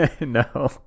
No